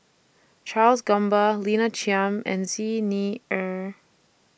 Charles Gamba Lina Chiam and Xi Ni Er